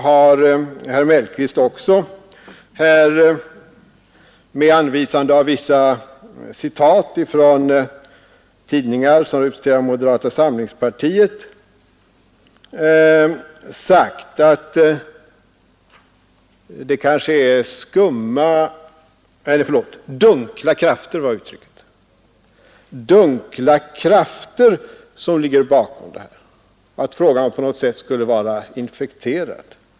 Herr Mellqvist har också, med hänvisning till vissa citat från tidningar som representerar moderata samlingspartiet, sagt att det kanske är dunkla krafter som ligger bakom den här frågan och att den på något sätt skulle vara infekterad.